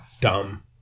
dumb